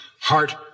heart